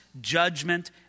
judgment